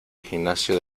gimnasio